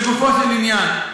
לגופו של עניין,